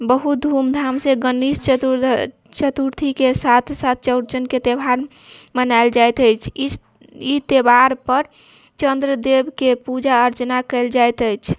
बहुत धूम धाम से गणेश चतुर चतुर्थीके साथ साथ चौरचनके त्यौहार मनायल जाइत अछि ई त्यौहार पर चंद्रदेवके पूजा अर्चना कयल जाइत अछि